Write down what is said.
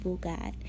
God